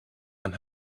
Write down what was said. and